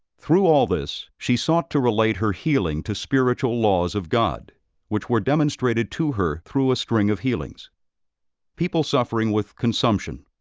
through all this, she sought to relate her healing to spiritual laws of god which were demonstrated to her through a string of healings people suffering with consumption,